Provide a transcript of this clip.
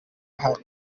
ahari